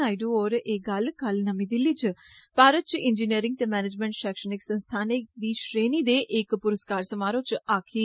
नायडू होरें एह् गल्ल कल नमीं दिल्ली च भारत च इंजीनयरिंग ते मैनेजमैन्ट पेक्षणिक संस्थानें दी श्रेणियें दे इक पुरुस्कार समारोह च आक्खी